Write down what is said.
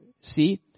See